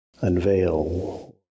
unveil